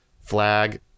flag